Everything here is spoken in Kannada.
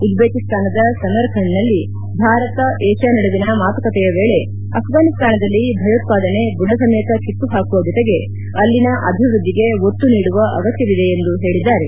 ಉಜ್ಬೇಕಿಸ್ತಾನದ ಸಮರ್ಖಂಡ್ನಲ್ಲಿ ಭಾರತ ಏಷ್ಯಾ ನಡುವಿನ ಮಾತುಕತೆಯ ವೇಳೆ ಅಫ್ಟಾನಿಸ್ತಾನದಲ್ಲಿ ಭಯೋತ್ಪಾದನೆ ಬುದಸಮೇತ ಕಿತ್ತು ಹಾಕುವ ಜೊತೆಗೆ ಅಲ್ಲಿನ ಅಭಿವೃದ್ದಿಗೆ ಒತ್ತು ನೀಡುವ ಅಗತ್ಯವಿದೆ ಎಂದು ಹೇಳಿದ್ದಾರೆ